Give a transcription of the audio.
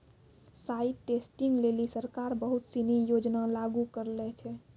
site testing लेलि सरकार बहुत सिनी योजना लागू करलें छै